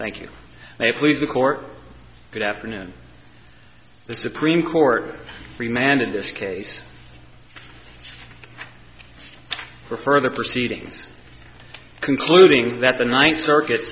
thank you may please the court good afternoon the supreme court free man in this case for further proceedings concluding that the ninth circuit